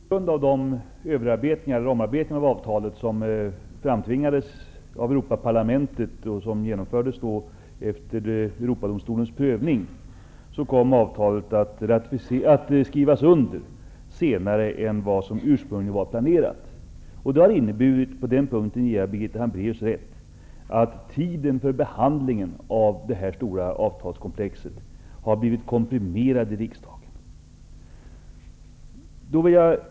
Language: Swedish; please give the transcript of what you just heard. Fru talman! På grund av de omarbetningar av avtalet som framtvingades av Europaparlamentet och som genomfördes efter Europadomstolens prövning blev avtalet underskrivet senare än ursprungligen planerat. Det har inneburit att tiden för behandling i riksdagen av det här stora avtalskomplexet har blivit komprimerad, på den punkten ger jag Birgitta Hambraeus rätt.